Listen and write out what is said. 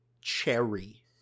Cherry